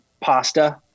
pasta